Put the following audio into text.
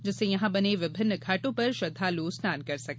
जिससे यहां बने विभिन्न घाटों पर श्रद्वालु स्नान कर सके